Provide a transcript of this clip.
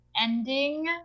ending